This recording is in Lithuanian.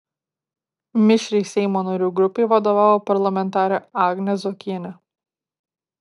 mišriai seimo narių grupei vadovavo parlamentarė agnė zuokienė